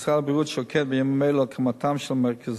1 2. משרד הבריאות שוקד בימים אלו על הקמתם של מרכזי